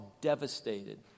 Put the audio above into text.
devastated